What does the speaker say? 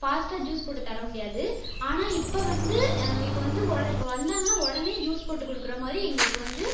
ஃபாஸ்ட்டாக ஜூஸ் போட்டு தர முடியாது ஆனால் இப்போ வந்து எங்களுக்கு வந்து ஒடனே இப்போ வந்தாங்கனால் உடனே ஜூஸ் போட்டு கொடுக்கற மாதிரி எங்களுக்கு வந்து